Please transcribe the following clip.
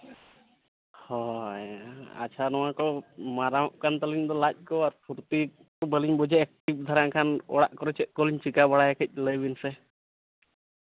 ᱦᱳᱭ ᱟᱪᱪᱷᱟ ᱱᱚᱣᱟ ᱠᱚ ᱢᱟᱨᱟᱝᱼᱚᱜ ᱠᱟᱱ ᱛᱟᱹᱞᱤᱧ ᱫᱚ ᱞᱟᱡ ᱠᱚ ᱯᱷᱩᱨᱛᱤ ᱫᱚ ᱵᱟᱹᱞᱤᱧ ᱵᱩᱡᱟᱹᱜ ᱮᱠᱴᱤᱵᱷ ᱫᱷᱟᱨᱟ ᱮᱱᱠᱷᱟᱱ ᱚᱲᱟᱜ ᱠᱚᱨᱮ ᱪᱮᱫ ᱠᱚ ᱞᱤᱧ ᱪᱤᱠᱟᱹ ᱵᱟᱲᱟᱭᱟ ᱠᱟᱹᱡ ᱞᱟᱹᱭ ᱵᱤᱱ ᱥᱮ